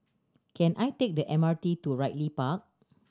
can I take the M R T to Ridley Park